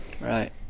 right